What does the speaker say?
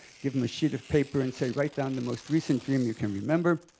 give them a sheet of paper, and say, write down the most recent dream you can remember.